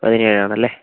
പതിനേഴ് ആണല്ലേ